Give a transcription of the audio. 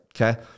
Okay